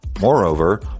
Moreover